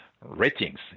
ratings